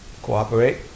cooperate